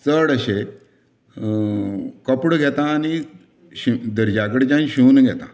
चड अशे कपडो घेता आनी शिव दर्जा कडल्यान शिवून घेतां